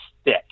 stick